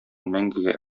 мәңгегә